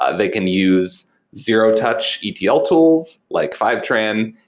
ah they can use zero touch etl tools, like fivetran,